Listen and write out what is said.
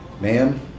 ma'am